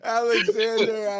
alexander